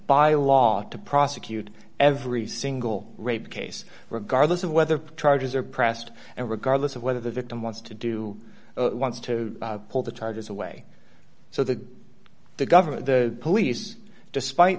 by law to prosecute every single rape case regardless of whether charges are pressed and regardless of whether the victim wants to do wants to pull the charges away so that the government the police despite